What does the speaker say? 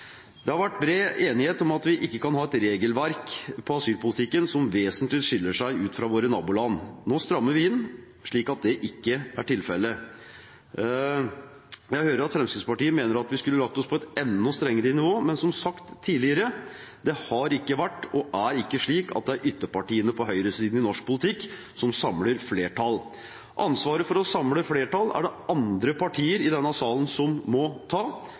Det har vært bred enighet om at vi ikke kan ha et regelverk for asylpolitikken som vesentlig skiller seg ut fra våre naboland. Nå strammer vi inn, slik at det ikke er tilfellet. Jeg hører at Fremskrittspartiet mener at vi skulle lagt oss på et enda strengere nivå, men som sagt tidligere, det har ikke vært og er ikke slik at det er ytterpartiene på høyresiden i norsk politikk som samler flertall. Ansvaret for å samle flertall er det andre partier i denne salen som må ta.